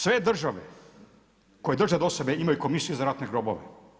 Sve države koje drže do sebe imaju Komisiju za ratne grobove.